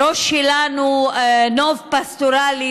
בראש שלנו נוף פסטורלי,